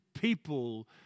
people